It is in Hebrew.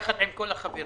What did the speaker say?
יחד עם כל החברים.